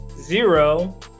zero